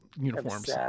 uniforms